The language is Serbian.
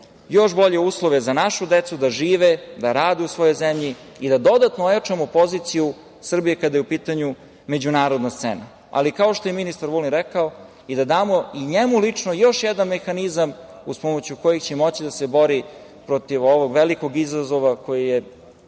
još bolje uslove za našu decu, da žive, da rade u svojoj zemlji i da dodatno ojačamo poziciju Srbije kada je u pitanju međunarodna scena. Kao što je ministar Vulin rekao, da damo i njemu lično još jedan mehanizam uz pomoć kog će moći da se bori protiv ovog velikog izazova koji je